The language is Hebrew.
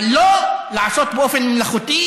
אבל לא לעשות באופן מלאכותי